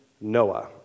Noah